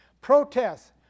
protests